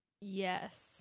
Yes